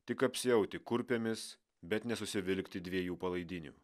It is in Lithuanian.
tik apsiauti kurpėmis bet nesusivilkti dviejų palaidinių